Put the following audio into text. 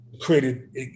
Created